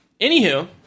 Anywho